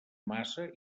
massa